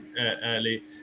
early